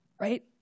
right